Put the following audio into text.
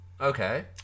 Okay